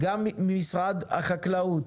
גם משרד החקלאות